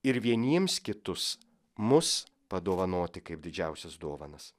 ir vieniems kitus mus padovanoti kaip didžiausias dovanas